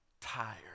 tired